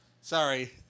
Sorry